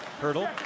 Hurdle